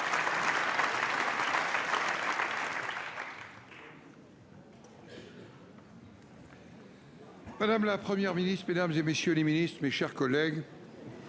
madame la Première ministre, mesdames, messieurs les ministres, mes chers collègues,